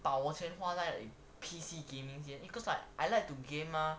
把我钱花在:bs wo qian hua zai P_C gaming 先 because I like to game mah